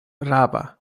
rava